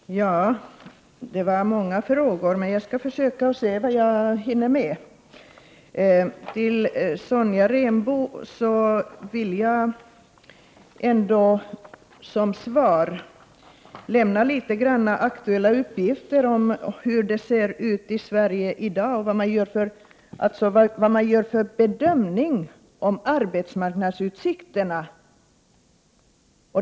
Herr talman! Det var många frågor. Jag skall se vad jag hinner med. Som svar till Sonja Rembo vill jag nämna litet aktuella uppgifter om hur det ser ut i Sverige i dag och vad man gör för bedömningar om arbetsmarknadsutsikterna.